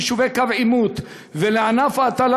ליישובי קו עימות ולענף ההטלה,